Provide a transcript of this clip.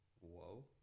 whoa